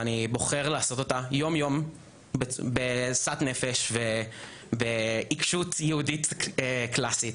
ואני בוחר לעשות אותה יום יום בשאת נפש ובעיקשות יהודית קלאסית,